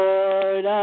Lord